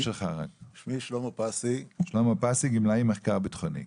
שלמה פסי, גמלאי מחקר ביטחוני.